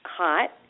hot